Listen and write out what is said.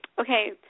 Okay